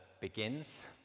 begins